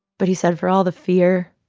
but he said for all the fear,